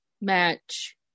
match